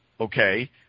okay